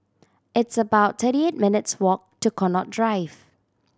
it's about thirty eight minutes' walk to Connaught Drive